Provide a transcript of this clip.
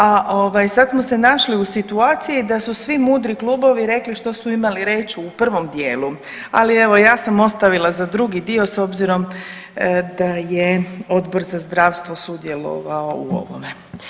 A ovaj sad smo se našli u situaciji da su svi mudri klubovi rekli što su imali reći u prvom dijelu, ali evo ja sam ostavila za drugi dio s obzirom da je Odbor za zdravstvo sudjelovao u ovome.